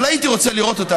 אבל הייתי רוצה לראות אותה,